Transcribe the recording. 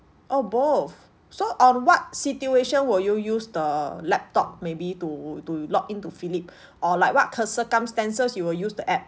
oh both so on what situation will you use the laptop maybe to to log into phillip or like what c~ circumstances you will use the app